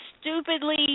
stupidly